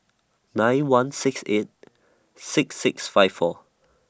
nine one six eight six six five four